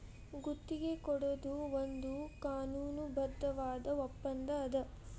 ಗುತ್ತಿಗಿ ಕೊಡೊದು ಒಂದ್ ಕಾನೂನುಬದ್ಧವಾದ ಒಪ್ಪಂದಾ ಅದ